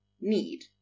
need